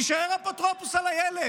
שיישאר אפוטרופוס על הילד,